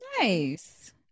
Nice